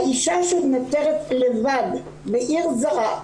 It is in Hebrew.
אישה שנותרת לבד בעיר זרה,